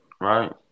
right